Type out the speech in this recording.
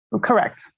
correct